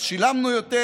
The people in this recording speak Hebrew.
אז שילמנו יותר.